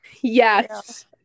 Yes